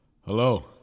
Hello